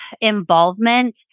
involvement